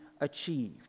achieved